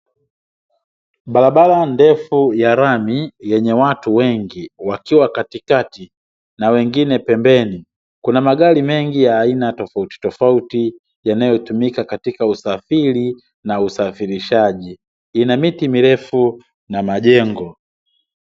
Barabara ndefu ya lami, yenye watu wengi wakiwa katikati na wengine pembeni. Kuna magari mengi ya aina tofautitofauti, yanayotumika katika usafiri na usafirishaji. Ina miti mirefu na majengo.